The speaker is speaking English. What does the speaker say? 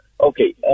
Okay